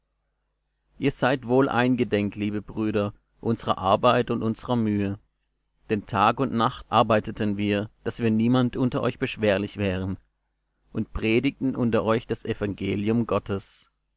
ihr seid wohl eingedenk liebe brüder unsrer arbeit und unsrer mühe denn tag und nacht arbeiteten wir daß wir niemand unter euch beschwerlich wären und predigten unter euch das evangelium gottes